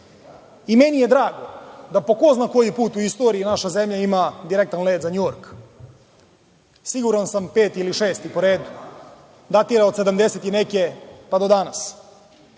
I meni je drago da po ko zna koji put u istoriji naša zemlja ima direktan let za Njujork. Siguran sam peti ili šesti po redu. Datira od 1970. godine i neke, pa do danas.